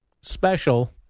special